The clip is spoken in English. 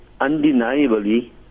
undeniably